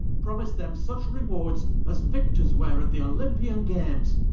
promise them such rewards as victors weare at the olympian games.